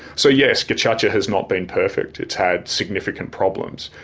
so yes, gacaca has not been perfect. it's had significant problems.